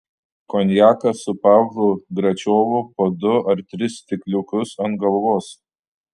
konjaką su pavlu gračiovu po du ar tris stikliukus ant galvos